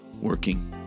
working